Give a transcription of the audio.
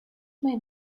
made